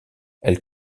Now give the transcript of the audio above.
elle